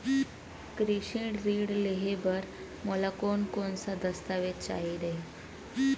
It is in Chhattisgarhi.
कृषि ऋण लेहे बर मोला कोन कोन स दस्तावेज चाही रही?